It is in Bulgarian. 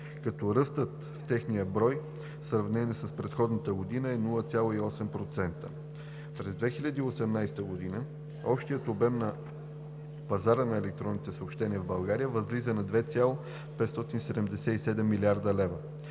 като ръстът в техния брой в сравнение с предходната година е 0,8%. През 2018 г. общият обем на пазара на електронни съобщения в България възлиза на 2,577 млрд. лв.,